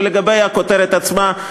ולכותרת עצמה,